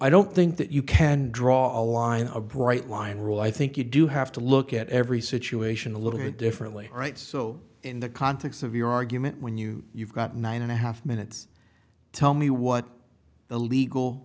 i don't think that you can draw a line a bright line rule i think you do have to look at every situation a little bit differently right so in the context of your argument when you you've got nine and a half minutes tell me what the legal